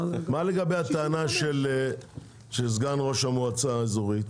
מה לגבי הטענה של סגן ראש המועצה האזורית